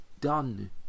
done